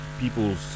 People's